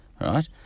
right